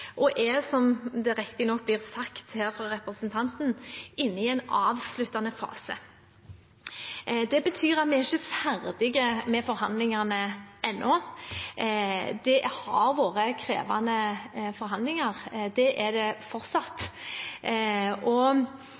og er, som det riktignok blir sagt her fra representanten, inne i en avsluttende fase. Det betyr at vi ikke er ferdige med forhandlingene ennå. Det har vært krevende forhandlinger. Det er det fortsatt.